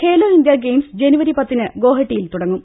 Khelo India Games ജനുവരി പത്തിന് ഗോഹട്ടിയിൽ തുടങ്ങും